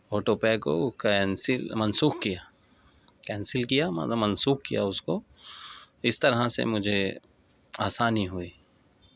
auto pay کو cancel منسوخ کیا کینسل کیا مطلب منسوخ کیا اس کو اس طرح سے مجھے آسانی ہوئی